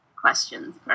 questions